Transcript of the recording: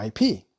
IP